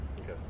okay